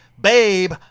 Babe